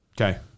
Okay